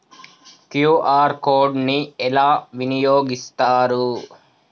QR code ని ఎలా వినియోగిస్తారు?